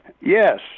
Yes